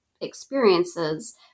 experiences